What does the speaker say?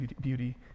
beauty